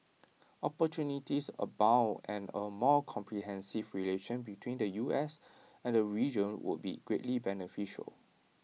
opportunities abound and A more comprehensive relation between the U S and the region would be greatly beneficial